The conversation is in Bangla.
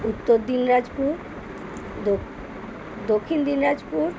উত্তর দিনাজপুর দক্ষিণ দিনাজপুর